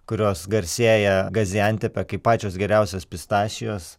kurios garsėja gaziantepe kaip pačios geriausios pistasijos